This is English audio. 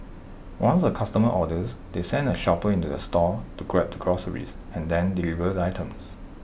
once A customer orders they send A shopper into the store to grab the groceries and then deliver the items